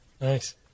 Nice